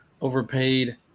overpaid